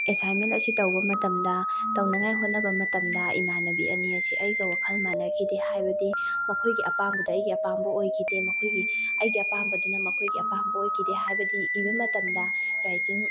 assignment ꯑꯁꯤ ꯇꯧꯕ ꯃꯇꯝꯗ ꯇꯧꯅꯉꯥꯏ ꯍꯣꯠꯅꯕ ꯃꯇꯝꯗ ꯏꯃꯥꯟꯅꯕꯤ ꯑꯅꯤ ꯑꯁꯤ ꯑꯩꯒ ꯋꯥꯈꯜ ꯃꯥꯟꯅꯈꯤꯗꯦ ꯍꯥꯏꯕꯗꯤ ꯃꯈꯣꯏꯒꯤ ꯑꯄꯥꯝꯕꯗ ꯑꯩꯒꯤ ꯑꯄꯥꯝꯕ ꯑꯣꯏꯈꯤꯗꯦ ꯃꯈꯣꯏꯒꯤ ꯑꯩꯒꯤ ꯑꯄꯥꯝꯕꯗꯨꯅ ꯃꯈꯣꯏꯒꯤ ꯑꯄꯥꯝꯕ ꯑꯣꯏꯈꯤꯗꯦ ꯍꯥꯏꯕꯗꯤ ꯏꯕ ꯃꯇꯝꯗ ꯔꯥꯏꯇꯤꯡ